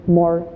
more